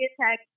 attack